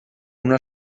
una